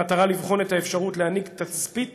במטרה לבחון את האפשרות להנהיג תצפית